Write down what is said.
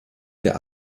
der